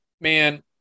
man